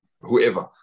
whoever